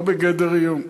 לא בגדר איום,